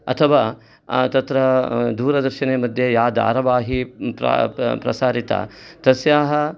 अथवा तत्र दूरदर्शने मध्ये या दारावाहि प्रसारिता तस्याः